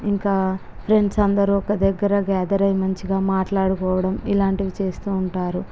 ఇంకా ఫ్రెండ్స్ అందరు ఒక దగ్గర గ్యాథెర్ అయ్యి మంచిగా మాట్లాడుకోవటం ఇలాంటివి చేస్తూ ఉంటారు